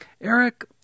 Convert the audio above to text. Eric